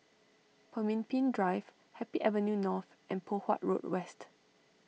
Pemimpin Drive Happy Avenue North and Poh Huat Road West